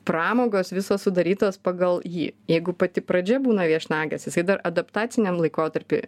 pramogos visos sudarytos pagal jį jeigu pati pradžia būna viešnagės jisai dar adaptaciniam laikotarpy